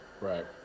Right